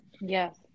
Yes